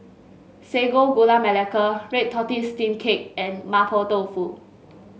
Sago Gula Melaka red tortoise steam cake and Mapo Tofu